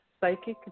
Psychic